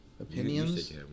Opinions